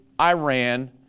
Iran